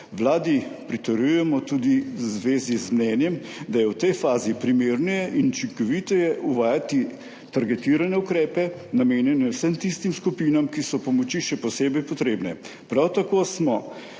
Vladi pritrjujemo tudi v zvezi z mnenjem, da je v tej fazi primerneje in učinkoviteje uvajati targetirane ukrepe, namenjene vsem tistim skupinam, ki so pomoči še posebej potrebne. Prav tako smo